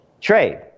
trade